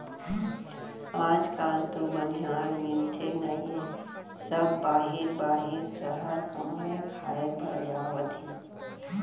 आज काल तो बनिहार मिलते नइए सब बाहिर बाहिर सहर कमाए खाए बर जावत हें